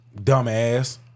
dumbass